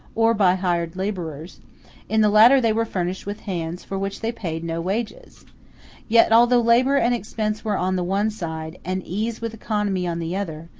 or by hired laborers in the latter they were furnished with hands for which they paid no wages yet although labor and expenses were on the one side, and ease with economy on the other,